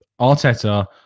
Arteta